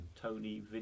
Tony